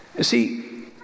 see